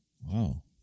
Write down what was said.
Wow